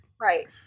Right